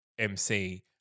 MC